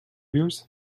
yours